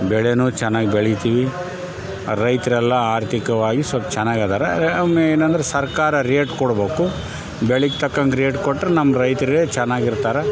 ಬೆಳೆನೂ ಚೆನ್ನಾಗ್ ಬೆಳಿತೀವಿ ರೈತರೆಲ್ಲ ಆರ್ಥಿಕವಾಗಿ ಸೊಲ್ಪ ಚೆನ್ನಾಗ್ ಅದರ ಒಮ್ಮೆ ಏನಂದ್ರೆ ಸರ್ಕಾರ ರೇಟ್ ಕೊಡ್ಬೇಕು ಬೆಳೆಗ್ ತಕ್ಕಂಗೆ ರೇಟ್ ಕೊಟ್ರೆ ನಮ್ಮ ರೈತ್ರು ಚೆನ್ನಾಗ್ ಇರ್ತಾರ